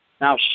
Now